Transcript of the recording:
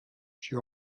she